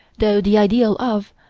though the ideal of,